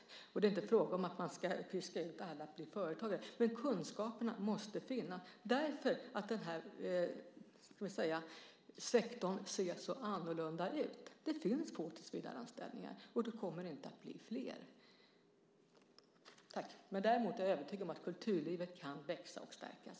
Det är alltså inte fråga om att piska alla till att bli företagare, men kunskaperna måste finnas eftersom den här sektorn ser så annorlunda ut. Det finns få tillsvidareanställningar och det kommer inte att bli fler. Däremot är jag övertygad om att kulturlivet kan växa och stärkas.